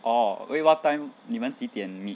oh wait what time 你们几点 meet